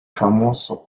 famoso